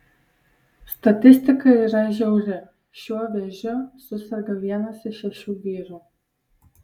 statistika yra žiauri šiuo vėžiu suserga vienas iš šešių vyrų